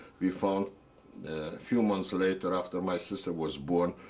we found a few months later, after my sister was born,